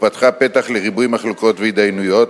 ופתחה פתח לריבוי מחלוקות והתדיינויות,